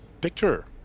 picture